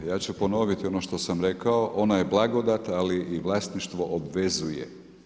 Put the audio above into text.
Ja ću ponoviti ono što sam rekao, ona je blagodat, ali i vlasništvo obvezuje.